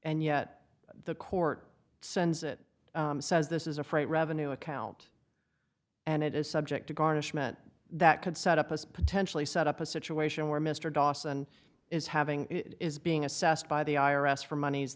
and yet the court sends it says this is a freight revenue account and it is subject to garnishment that could set up us potentially set up a situation where mr dawson is having is being assessed by the i r s for mon